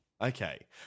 Okay